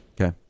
okay